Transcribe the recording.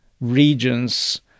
regions